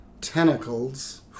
Tentacles